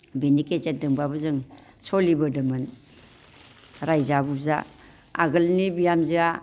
बेनि गेजेरजोंबाबो जों सोलिबोदोंमोन रायजा बुजा आगोलनि बिहामजोआ